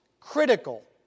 critical